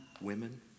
women